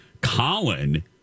Colin